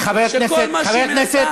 חבר הכנסת,